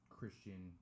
Christian